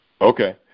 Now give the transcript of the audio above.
Okay